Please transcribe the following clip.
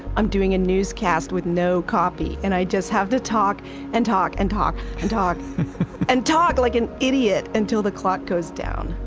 i'm doing a newscast with no copy and i just have to talk and talk and talk and talk and talk like an idiot until the clocks goes down.